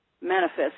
manifest